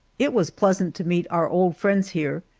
it was pleasant to meet our old friends here.